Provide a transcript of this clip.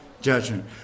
judgment